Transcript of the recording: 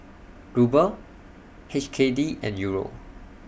Ruble H K D and Euro